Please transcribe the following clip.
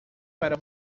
para